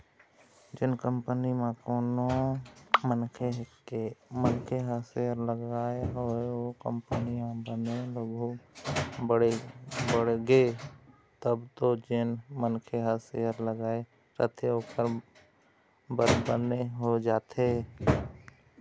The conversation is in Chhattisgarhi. जेन कंपनी म कोनो मनखे ह सेयर लगाय हवय ओ कंपनी ह बने आघु बड़गे तब तो जेन मनखे ह शेयर लगाय रहिथे ओखर बर बने हो जाथे